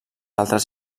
altres